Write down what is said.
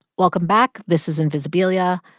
welcome back. this is invisibilia.